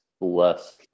less